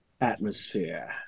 atmosphere